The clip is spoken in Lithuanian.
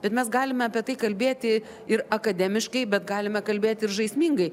bet mes galime apie tai kalbėti ir akademiškai bet galime kalbėti ir žaismingai